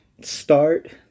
Start